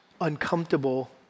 uncomfortable